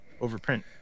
overprint